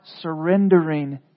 surrendering